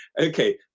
okay